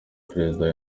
perezida